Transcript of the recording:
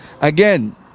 Again